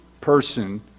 person